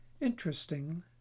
Interesting